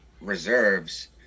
reserves